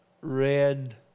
red